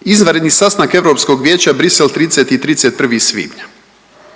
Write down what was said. Izvanredni sastanak Europskog vijeća Bruxelles 30. i 31. svibnja.